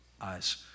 eyes